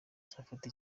nzafata